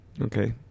Okay